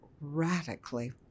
radically